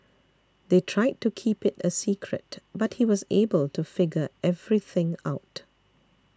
they tried to keep it a secret but he was able to figure everything out